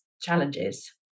challenges